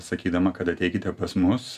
sakydama kad ateikite pas mus